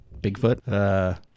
Bigfoot